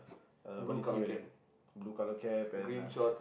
uh what is he wearing blue colour cap and uh